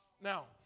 Now